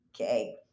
Okay